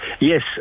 Yes